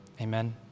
Amen